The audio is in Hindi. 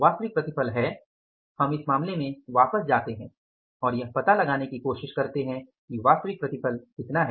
वास्तविक प्रतिफल है हम इस मामले में वापस जाते है और यह पता लगाने की कोशिश करते है कि वास्तविक प्रतिफल कितना है